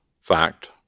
fact